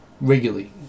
regularly